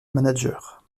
manager